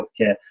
healthcare